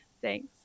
Thanks